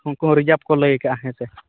ᱩᱱᱠᱚᱦᱚᱸ ᱨᱤᱡᱟᱵᱷᱠᱚ ᱞᱟᱹᱭ ᱟᱠᱟᱫᱟ ᱦᱮᱸᱥᱮ